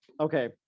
Okay